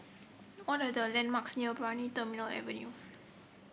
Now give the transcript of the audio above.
what are the landmarks near Brani Terminal Avenue